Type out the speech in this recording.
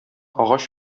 агач